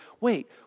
wait